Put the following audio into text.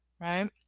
right